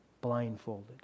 blindfolded